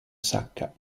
sacca